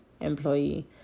employee